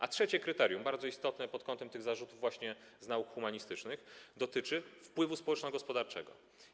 A trzecie kryterium, bardzo istotne pod kątem tych zarzutów dotyczących nauk humanistycznych, dotyczy wpływu społeczno-gospodarczego.